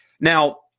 Now